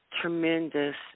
tremendous